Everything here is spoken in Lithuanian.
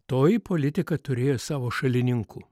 toji politika turėjo savo šalininkų